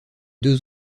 deux